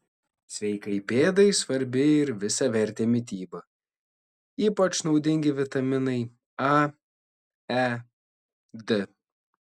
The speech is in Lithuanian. sveikai pėdai svarbi ir visavertė mityba ypač naudingi vitaminai a e d